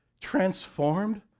transformed